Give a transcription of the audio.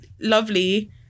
lovely